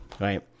right